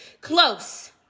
Close